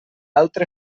altre